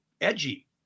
edgy